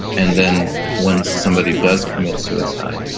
and then when somebody does commit suicide,